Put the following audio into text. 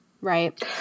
Right